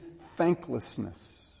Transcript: thanklessness